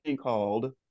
called